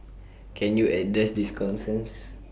can you address these concerns